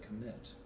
commit